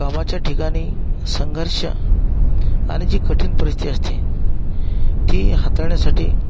कामाच्या ठिकाणी संघर्ष आणि जी कठीण परिस्थिती असते ती हाताळण्यासाठी